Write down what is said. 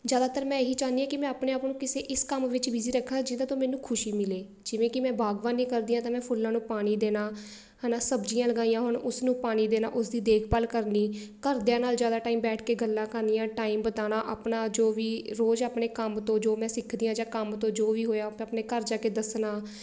ਜ਼ਿਆਦਾਤਰ ਮੈਂ ਇਹੀ ਚਾਹੁੰਦੀ ਹਾਂ ਕਿ ਮੈਂ ਆਪਣੇ ਆਪ ਨੂੰ ਕਿਸੇ ਇਸ ਕੰਮ ਵਿੱਚ ਬਿਜ਼ੀ ਰੱਖਾਂ ਜਿਹਦੇ ਤੋਂ ਮੈਨੂੰ ਖੁਸ਼ੀ ਮਿਲੇ ਜਿਵੇਂ ਕਿ ਮੈਂ ਬਾਗਬਾਨੀ ਕਰਦੀ ਹਾਂ ਤਾਂ ਮੈਂ ਫੁੱਲਾਂ ਨੂੰ ਪਾਣੀ ਦੇਣਾ ਹੈ ਨਾ ਸਬਜ਼ੀਆਂ ਲਗਾਈਆਂ ਹੋਣ ਉਸਨੂੰ ਪਾਣੀ ਦੇਣਾ ਉਸ ਦੀ ਦੇਖਭਾਲ ਕਰਨੀ ਘਰਦਿਆਂ ਨਾਲ ਜ਼ਿਆਦਾ ਟਾਈਮ ਬੈਠ ਕੇ ਗੱਲਾਂ ਕਰਨੀਆਂ ਟਾਈਮ ਬਿਤਾਉਣਾ ਆਪਣਾ ਜੋ ਵੀ ਰੋਜ਼ ਆਪਣੇ ਕੰਮ ਤੋਂ ਜੋ ਮੈਂ ਸਿੱਖਦੀ ਹਾਂ ਜਾਂ ਕੰਮ ਤੋਂ ਜੋ ਵੀ ਹੋਇਆ ਮੈ ਆਪਣੇ ਘਰ ਜਾ ਕੇ ਦੱਸਣਾ